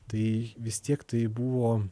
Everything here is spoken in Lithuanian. tai vis tiek tai buvo